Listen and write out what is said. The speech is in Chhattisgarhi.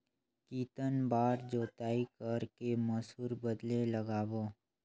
कितन बार जोताई कर के मसूर बदले लगाबो?